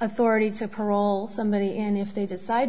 authority to parole somebody and if they decide